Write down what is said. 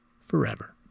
forever